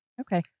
Okay